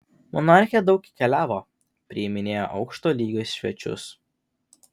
monarchė daug keliavo priiminėjo aukšto lygio svečius